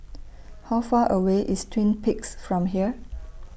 How Far away IS Twin Peaks from here